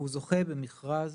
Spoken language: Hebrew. זוכה במכרז